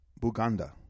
Buganda